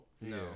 No